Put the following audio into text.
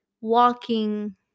walking